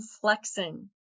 flexing